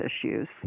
issues